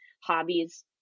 hobbies